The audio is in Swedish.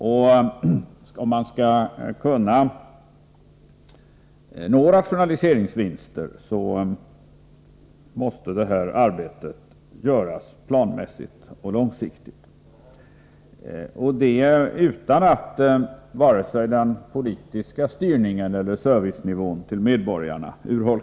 Om man skall kunna nå rationaliseringsvinster måste detta arbete göras planmässigt och långsiktigt utan att den politiska styrningen urholkas eller servicenivån för medborgarna sänks.